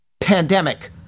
pandemic